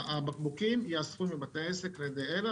הבקבוקים ייאספו מבתי העסק על-ידי אל"ה